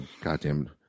goddamn